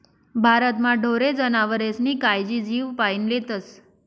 भारतमा ढोरे जनावरेस्नी कायजी जीवपाईन लेतस